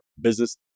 business